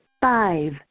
Five